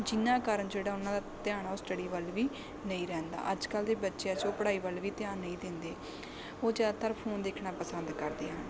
ਜਿਨ੍ਹਾਂ ਕਾਰਨ ਜਿਹੜਾ ਉਹਨਾਂ ਦਾ ਧਿਆਨ ਉਹ ਸਟਡੀ ਵੱਲ ਵੀ ਨਹੀਂ ਰਹਿੰਦਾ ਅੱਜ ਕੱਲ੍ਹ ਦੇ ਬੱਚਿਆਂ ਜੋ ਪੜ੍ਹਾਈ ਵੱਲ ਵੀ ਧਿਆਨ ਨਹੀਂ ਦਿੰਦੇ ਉਹ ਜ਼ਿਆਦਾਤਰ ਫੋਨ ਦੇਖਣਾ ਪਸੰਦ ਕਰਦੇ ਹਨ